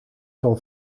van